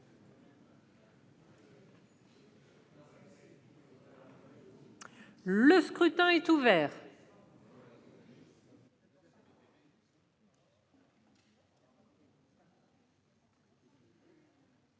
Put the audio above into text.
Le scrutin est ouvert.